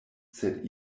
sed